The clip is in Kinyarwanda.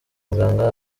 muganga